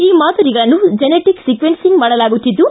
ಈ ಮಾದರಿಗಳನ್ನು genetic sequencing ಮಾಡಲಾಗುತ್ತಿದ್ದು